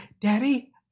Daddy